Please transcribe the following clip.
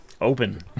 open